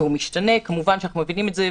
והוא משתנה כמובן שאנחנו מבינים את זה,